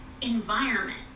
environment